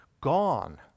gone